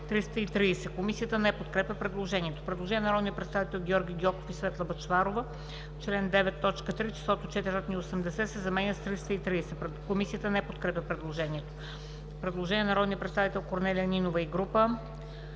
Комисията не подкрепя предложението.